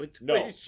No